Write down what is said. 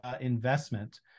investment